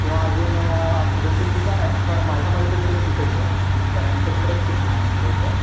किंवा अजून दोन तीन ठिकाणं आहेत पण माझ्या मते तरी तुम्ही तिथेच या कारण ते खरंच खूप छान प्लेस आहे